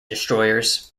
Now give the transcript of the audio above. destroyers